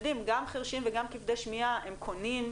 גם חירשים וגם כבדי שמיעה הם קונים,